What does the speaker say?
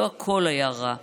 לא הכול היה רע.